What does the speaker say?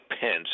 Pence